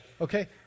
okay